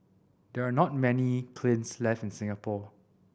there are not many kilns left in Singapore